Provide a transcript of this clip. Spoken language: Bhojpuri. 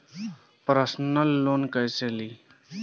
परसनल लोन कैसे ली?